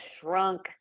shrunk